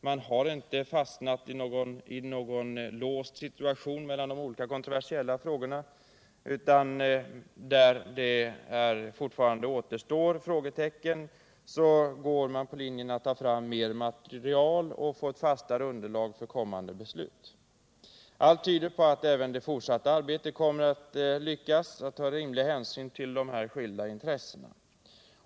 Man har inte fastnat i en låst situation mellan olika kontroversiella frågor, utan där det alltjämt återstår Den fysiska frågetecken går man på den linjen att ta fram mera material och få ett — riksplaneringen för fastare underlag för kommande beslut. Allt tyder på att man också i = vissa s.k. obrutna det fortsatta arbetet kommer att lyckas när det gäller att ta rimlig hänsyn = fjällområden till de skilda intressena.